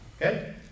Okay